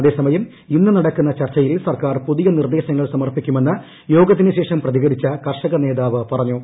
അതേസമയം ഇന്ന് നടക്കുന്ന ചർച്ചയിൽ സർക്കാർ പുതിയ നിർദ്ദേശങ്ങൾ സമർപ്പിക്കുമെന്ന് യോഗത്തിന് ശേഷം പ്രതികരിച്ച കർഷക നേതാവ് പറഞ്ഞു